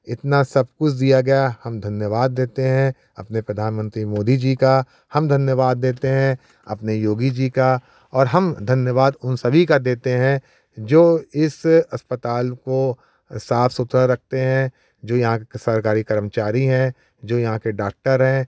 इतना सब कुछ दिया गया है हम धन्यवाद देते हैं अपने प्रधानमंत्री मोदी जी का हम धन्यवाद देते हैं अपने योगी जी का और हम धन्यवाद उन सभी का देते हैं जो इस अस्पताल को साफ सुथरा रखते हैं जो यहाँ सरकारी कर्मचारी है जो यहाँ के डाक्टर हैं